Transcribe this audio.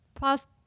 past